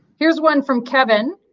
here's one from kevin.